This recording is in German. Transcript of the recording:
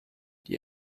die